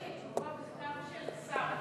יש תשובה בכתב של השר.